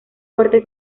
fuerte